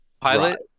pilot